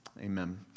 Amen